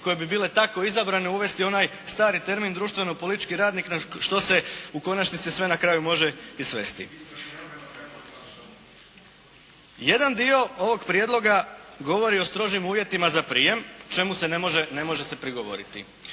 koje bi bile tako izabrane uvesti onaj stari termin, društveno politički radnik, što se u konačnici sve na kraju može i svesti. Jedan dio ovoga prijedloga govori o strožim uvjetima za prijem čemu se ne može, ne može